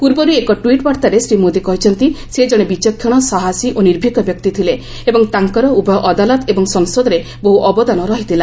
ପୂର୍ବରୁ ଏକ ଟ୍ୱିଟ୍ ବାର୍ଭାରେ ଶ୍ରୀ ମୋଦି କହିଛନ୍ତି ସେ ଜଣେ ବିଚକ୍ଷଣ ସାହସୀ ଓ ନିର୍ଭୀକ ବ୍ୟକ୍ତି ଥିଲେ ଏବଂ ତାଙ୍କର ଉଭୟ ଅଦାଲତ ଏବଂ ସଂସଦରେ ବହୁ ଅବଦାନ ରହିଥିଲା